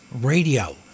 radio